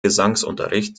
gesangsunterricht